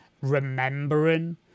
remembering